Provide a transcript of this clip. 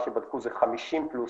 מה שבדקו זה 50 פלוס,